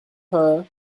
her